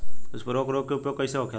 स्फुर उर्वरक के उपयोग कईसे होखेला?